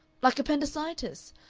like appendicitis.